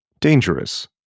dangerous